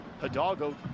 Hidalgo